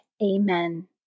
Amen